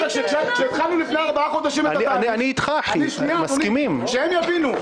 כשהתחלנו את התהליך לפני ארבעה חודשים, שהם יבינו,